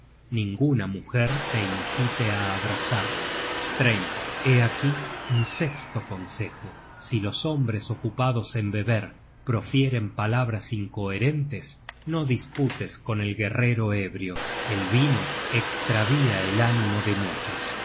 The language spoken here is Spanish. ninguna mujer te incite á abrazarla hé aquí un sesto consejo si los hombres ocupados en beber profieren palabras incoherentes no disputes con el guerrero ébrio el vino estravia el ánimo de muchos